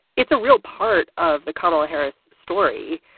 it's a real part of the kamala harris story,